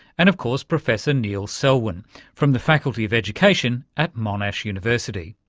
and of course professor neil selwyn from the faculty of education at monash university.